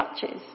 touches